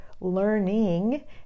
learning